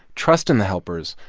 trust in the helpers.